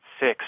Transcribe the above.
Six